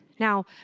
Now